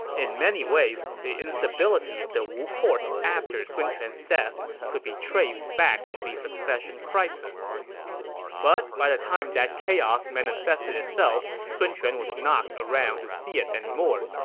in many ways, the instability of the wu court after sun quan's death could be traced back to the succession crisis but by the time that chaos manifested itself, sun quan was not around to see it anymore.